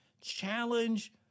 challenge